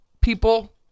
people